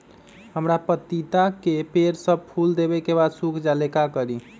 हमरा पतिता के पेड़ सब फुल देबे के बाद सुख जाले का करी?